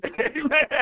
Amen